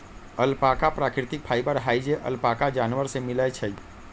alpaca प्राकृतिक fibre हई जे अल्पाका जानवर से मिलय छइ